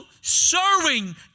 serving